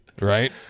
Right